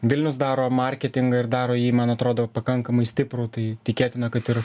vilnius daro marketingą ir daro jį man atrodo pakankamai stiprų tai tikėtina kad ir